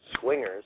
Swingers